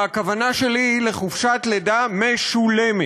והכוונה שלי היא לחופשת לידה משולמת.